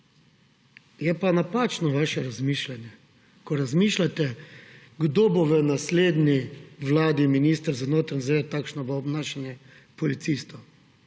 Je pa napačno vaše razmišljanje, ko razmišljate, kdo bo v naslednji vladi minister za notranje zadeve, takšno bo obnašanje policistov.